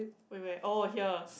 wait where oh here